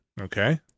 Okay